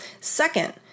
Second